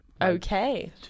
Okay